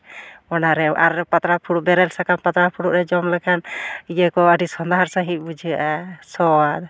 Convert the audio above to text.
ᱚᱱᱟᱨᱮ ᱟᱨ ᱯᱟᱛᱲᱟ ᱯᱷᱩᱲᱩᱜ ᱨᱮ ᱡᱚᱢ ᱞᱮᱠᱷᱟᱱ ᱤᱭᱟᱹ ᱠᱚ ᱟᱹᱰᱤ ᱥᱚᱸᱫᱷᱟᱲ ᱥᱟᱺᱦᱤᱡ ᱵᱩᱡᱷᱟᱹᱜᱼᱟ ᱥᱚᱣᱟ